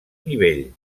nivell